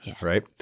Right